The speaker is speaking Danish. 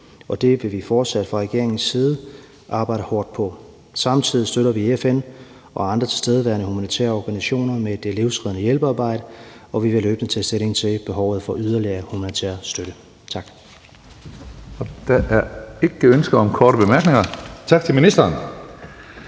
regeringens side arbejde hårdt på. Samtidig støtter vi FN og andre tilstedeværende humanitære organisationer med det livreddende hjælpearbejde, og vi vil løbende tage stilling til behovet for yderligere humanitær støtte. Tak. Kl. 10:20 Tredje næstformand (Karsten Hønge): Der er ikke ønsker om korte bemærkninger. Tak til ministeren.